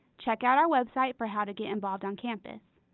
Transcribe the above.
check out our website for how to get involved on campus.